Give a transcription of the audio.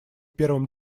первым